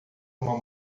uma